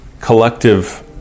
collective